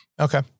Okay